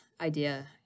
idea